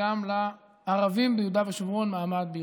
גם לערבים ביהודה ושומרון מעמד בירושלים.